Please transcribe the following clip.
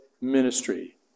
ministry